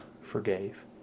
forgave